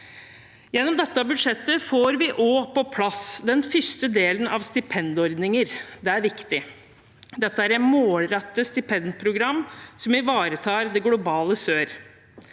Gjennom dette budsjettet får vi også på plass den første delen av stipendordninger. Det er viktig. Dette er et målrettet stipendprogram som ivaretar det globale sør.